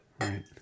Right